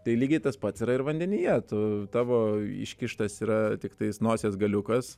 tai lygiai tas pats yra ir vandenyje tu tavo iškištas yra tiktais nosies galiukas